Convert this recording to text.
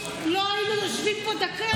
לא היינו יושבים פה דקה.